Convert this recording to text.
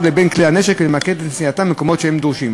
לבין כלי הנשק ולמקד את נשיאתם במקומות שבהם הם דרושים.